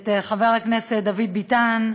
את חבר הכנסת דוד ביטן,